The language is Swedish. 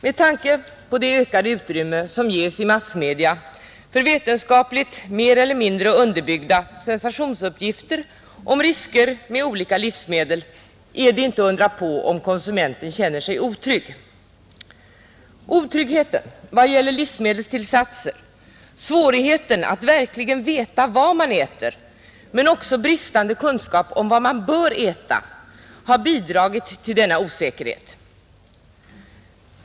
Med tanke på det ökade utrymme som ges i massmedia för vetenskapligt mer eller mindre underbyggda sensationsuppgifter om risker med olika livsmedel är det inte att undra på om konsumenten känner sig otrygg. Otryggheten vad gäller livsmedelstillsatser, svårigheten att verkligen veta vad man äter, men också bristande kunskaper om vad man bör äta har bidragit till denna osäkerhet.